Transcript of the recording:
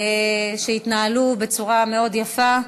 שהתנהלו בצורה מאוד יפה,